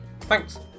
Thanks